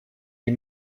des